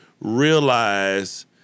realize